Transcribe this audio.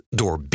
door